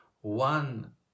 one